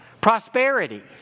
prosperity